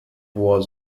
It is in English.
was